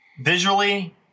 Visually